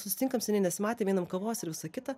susitinkam seniai nesimatėm einam kavos ir visą kita